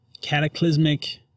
cataclysmic